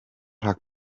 rhag